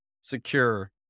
secure